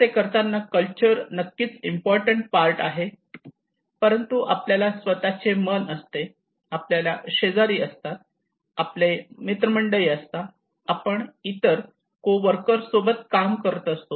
असे करताना कल्चर नक्कीच इम्पॉर्टंट पार्ट आहे परंतु आपल्याला स्वतःचे मन असते आपल्याला शेजारी असतात आपले मित्र मंडळी असतात आपण इतर को वर्कर सोबत काम करत असतो